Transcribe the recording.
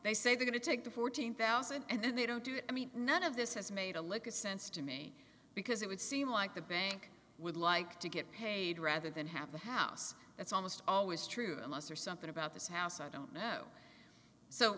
they say they're going to take the fourteen thousand and they don't do it i mean none of this has made a lick of sense to me because it would seem like the bank would like to get paid rather than have the house that's almost always true unless there's something about this house i don't know so